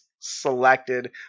selected